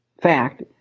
fact